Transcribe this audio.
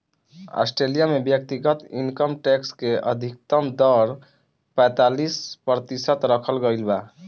Australia में व्यक्तिगत income tax के अधिकतम दर पैतालीस प्रतिशत रखल गईल बा